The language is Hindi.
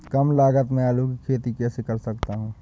कम लागत में आलू की खेती कैसे कर सकता हूँ?